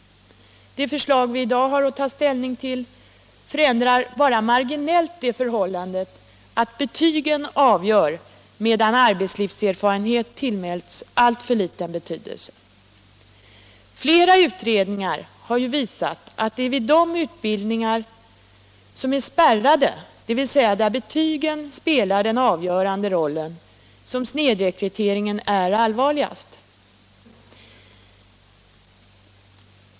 Det förslag vi i dag har att ta ställning till förändrar endast marginellt det förhållandet att betygen avgör, medan arbetslivserfarenhet tillmäts alltför liten betydelse. Flera utredningar har visat att det är i de utbildningar som är spärrade, dvs. där betygen spelar den avgörande rollen, som snedrekryteringen är allvarligast.